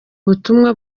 butumwa